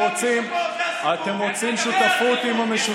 עודד, ושיקרת לבוחרים שלך גם בעניין הזה.